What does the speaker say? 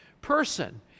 person